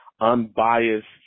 unbiased